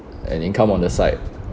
an income on the side